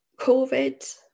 COVID